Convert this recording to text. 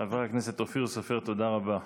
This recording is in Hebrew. חבר הכנסת אופיר סופר, תודה רבה.